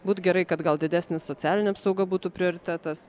būt gerai kad gal didesnė socialinė apsauga būtų prioritetas